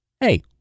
hey